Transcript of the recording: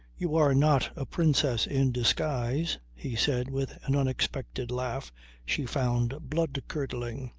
you are not a princess in disguise, he said with an unexpected laugh she found blood-curdling.